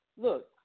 Look